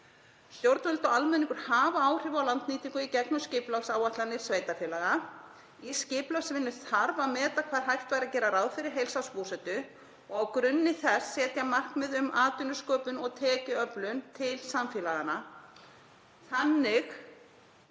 Stjórnvöld og almenningur hafa áhrif á landnýtingu í gegnum skipulagsáætlanir sveitarfélaga. Í skipulagsvinnu þarf að meta hvar hægt væri að gera ráð fyrir heilsársbúsetu og á grunni þess að setja markmið um atvinnusköpun og tekjuöflun til samfélaganna. Þannig